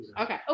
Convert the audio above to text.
okay